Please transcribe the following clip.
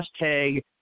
hashtag